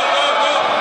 לא, לא.